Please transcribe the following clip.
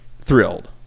thrilled